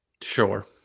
Sure